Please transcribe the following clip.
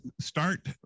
start